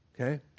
Okay